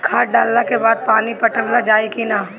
खाद डलला के बाद पानी पाटावाल जाई कि न?